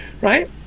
right